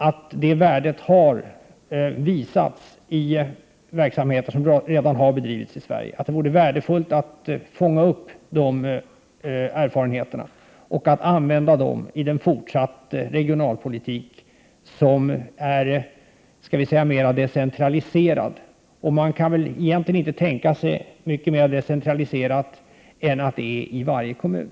Värdet i detta har visats i verksamheter som redan har bedrivits i Sverige. Det vore angeläget att fånga upp dessa erfarenheter och använda dem i en fortsatt, mer decentraliserad regionalpolitik. Och man kan väl egentligen inte tänka sig något mer decentraliserat än att denna verksamhet bedrivs i varje kommun.